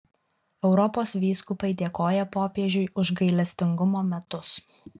europos vyskupai dėkoja popiežiui už gailestingumo metus